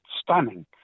stunning